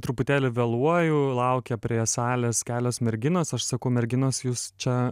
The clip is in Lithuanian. truputėlį vėluoju laukia prie salės kelios merginos aš sakau merginos jūs čia